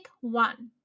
one